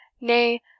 nay